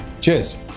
cheers